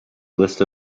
list